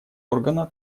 органа